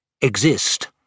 Exist